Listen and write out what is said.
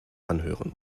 anhören